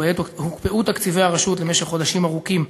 הוקפאו תקציבי הרשות למשך חודשים ארוכים,